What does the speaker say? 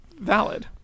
Valid